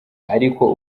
ariko